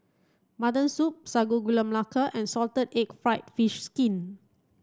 mutton soup Sago Gula Melaka and salted egg fried fish skin